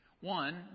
One